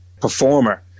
performer